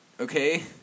okay